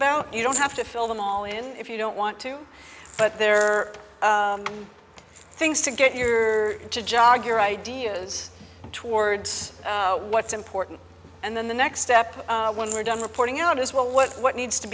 about you don't have to fill them all in if you don't want to but there are things to get your job your ideas towards what's important and then the next step when we're done reporting on is what what what needs to